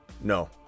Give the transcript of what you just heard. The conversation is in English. no